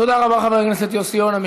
תודה רבה, חבר הכנסת יוסי יונה.